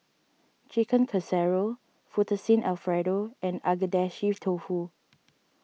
Chicken Casserole Fettuccine Alfredo and Agedashi Dofu